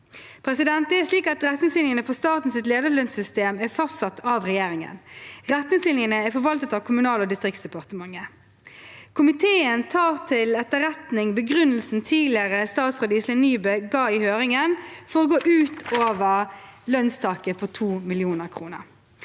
forutsetningene.» Retningslinjene for statens lederlønnssystem er fastsatt av regjeringen. Retningslinjene er forvaltet av Kommunal- og distriktsdepartementet. Komiteen tar til etterretning begrunnelsen tidligere statsråd Iselin Nybø ga i høringen for å gå ut over lønnstaket på 2 mill. kr.